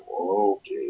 Okay